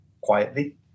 quietly